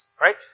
right